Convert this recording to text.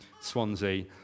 Swansea